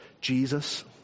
Jesus